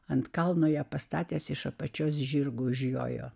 ant kalno ją pastatęs iš apačios žirgu užjojo